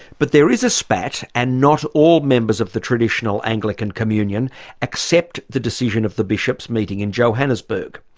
but there is a spat, and not all members of the traditional anglican communion accept the decision of the bishops' meeting in johannesburg.